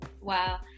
Wow